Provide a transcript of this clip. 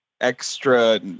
extra